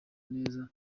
neza